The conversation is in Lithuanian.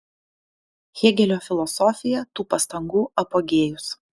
hėgelio filosofija tų pastangų apogėjus